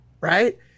right